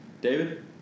David